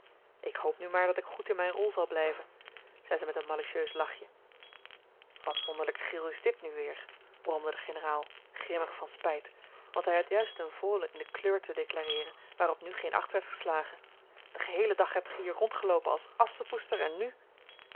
ik hoop nu maar dat ik goed in mijne rol zal blijven zei ze met een malicieus lachje wat wonderlijke gril is dit nu weer bromde de generaal grimmig van spijt want hij had juist een vole in de kleur te declareeren waarop nu geen acht werd geslagen den geheelen dag hebt ge hier rondgeloopen als asschepoester en nu